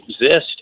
exist